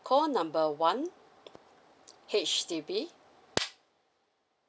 call number one H_D_B